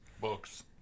Books